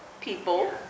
people